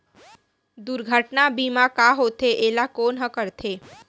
दुर्घटना बीमा का होथे, एला कोन ह करथे?